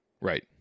Right